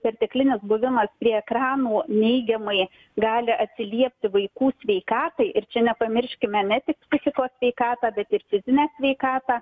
perteklinis buvimas prie ekranų neigiamai gali atsiliepti vaikų sveikatai ir čia nepamirškime ne tik psichikos sveikatą bet ir fizinę sveikatą